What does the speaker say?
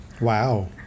wow